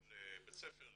לגיל בית ספר,